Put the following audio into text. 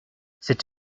c’est